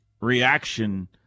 reaction